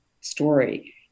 story